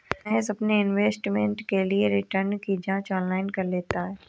महेश अपने इन्वेस्टमेंट के लिए रिटर्न की जांच ऑनलाइन कर लेता है